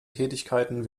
tätigkeiten